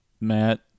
matt